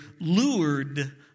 lured